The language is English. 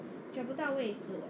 找不到位子